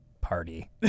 party